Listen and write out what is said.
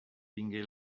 vingué